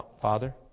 Father